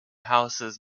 houses